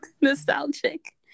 nostalgic